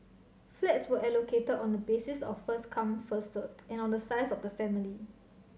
flats were allocated on the basis of first come first served and on the size of the family